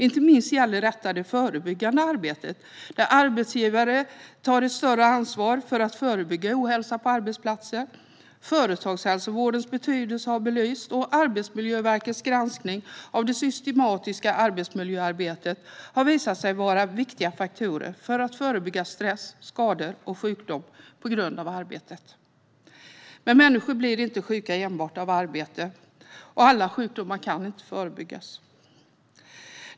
Inte minst gäller detta det förebyggande arbetet, där arbetsgivare tar ett större ansvar för att förebygga ohälsa på arbetsplatser. Företagshälsovårdens betydelse har belysts, och Arbetsmiljöverkets granskning av det systematiska arbetsmiljöarbetet har visat sig vara en viktig faktor för att förebygga stress, skador och sjukdom på grund av arbete. Men människor blir inte sjuka enbart av arbete, och alla sjukdomar kan inte förebyggas.